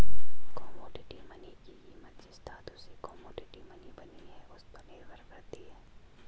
commodity money की कीमत जिस धातु से कोमोडिटी मनी बनी है उस पर निर्भर करती है